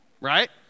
Right